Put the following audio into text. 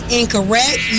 incorrect